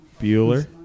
Bueller